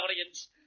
audience